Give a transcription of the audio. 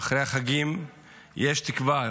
אחרי החגים יש תקווה.